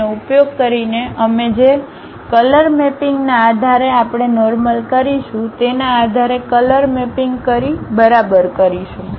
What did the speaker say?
તેનો ઉપયોગ કરીને અમે જે કલર મેપિંગના આધારે આપણે નોર્મલ કરીશું તેના આધારે કલર મેપિંગ કરી બરાબર કરીશું